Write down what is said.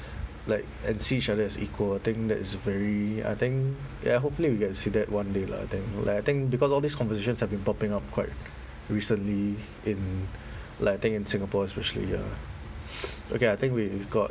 like and see each other as equal I think that is very I think ya I hopefully we can see that one day lah I think like I think because all these conversations have been popping up quite recently in like I think in singapore especially ya okay I think we've got